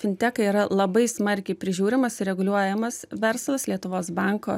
fintekai yra labai smarkiai prižiūrimas ir reguliuojamas verslas lietuvos banko